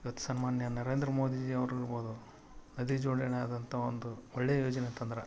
ಇವತ್ತು ಸನ್ಮಾನ್ಯ ನರೇಂದ್ರ ಮೋದಿಜಿ ಅವ್ರು ಇರ್ಬೋದು ನದಿ ಜೋಡಣೆ ಆದಂತ ಒಂದು ಒಳ್ಳೆ ಯೋಜನೆ ತಂದ್ರು